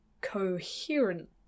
coherent